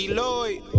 Lloyd